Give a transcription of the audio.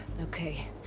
Okay